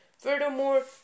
Furthermore